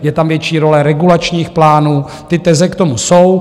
Je tam větší role regulačních plánů, ty teze k tomu jsou.